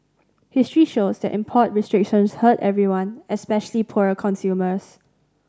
history shows that import restrictions hurt everyone especially poorer consumers